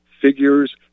figures